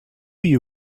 you